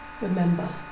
Remember